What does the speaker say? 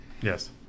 Yes